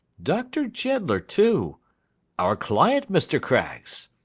doctor jeddler too our client, mr. craggs